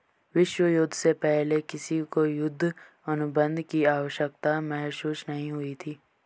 विश्व युद्ध से पहले किसी को युद्ध अनुबंध की आवश्यकता महसूस नहीं हुई थी